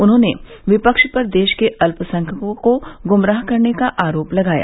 उन्होंने विपक्ष पर देश के अल्पसंख्यकों को गुमराह करने का आरोप लगाया